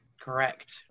Correct